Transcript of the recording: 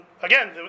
Again